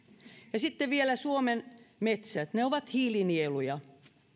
ja sitten vielä suomen metsät ne ovat hiilinieluja